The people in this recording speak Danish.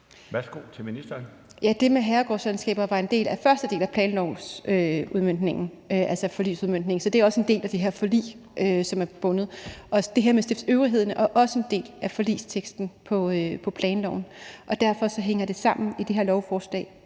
det med herregårdslandskaber var en del af første del af udmøntningen af planlovsforliget, så det er også en bunden del af det her forlig. Det her med stiftsøvrigheden er også en del af forligsteksten på planloven, og derfor hænger det sammen i det her lovforslag.